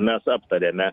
mes aptarėme